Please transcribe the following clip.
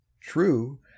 true